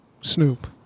Snoop